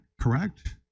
correct